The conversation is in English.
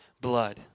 blood